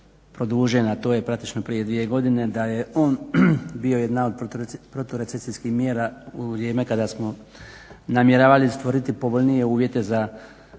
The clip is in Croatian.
to je praktično prije dvije godine da je on bio jedna od protu recesijskih mjera u vrijeme kada smo namjeravali stvoriti povoljnije uvjete za izravna